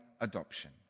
adoption